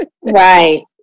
Right